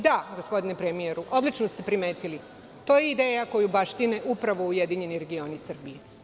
Da, gospodine premijeru, odlično ste primetili, to je ideja koju baštine upravo Ujedinjeni regioni Srbije.